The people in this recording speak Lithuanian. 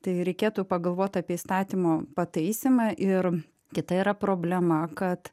tai reikėtų pagalvot apie įstatymo pataisymą ir kita yra problema kad